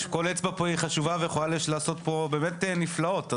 כל אצבע פה היא חשובה ויכולה לעשות פה באמת נפלאות.